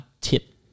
tip